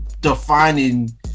defining